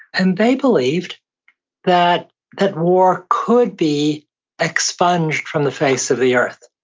and they believed that that war could be expunged from the face of the earth.